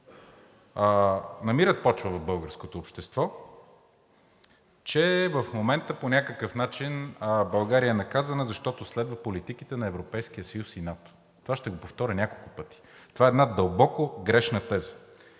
намират почва в българското общество, че в момента по някакъв начин България е наказана, защото следва политиките на Европейския съюз и НАТО. Това ще го повторя няколко пъти. Това е една дълбоко грешна теза.